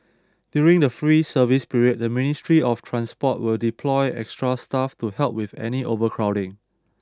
during the free service period the Ministry of Transport will deploy extra staff to help with any overcrowding